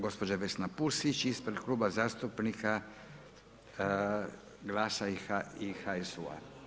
Gospođa Vesna Pusić ispred Kluba zastupnika Glasa i HSU-a.